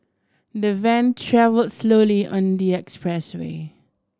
the van travelled slowly on the expressway